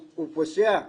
הוא פושע.